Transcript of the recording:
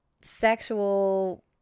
sexual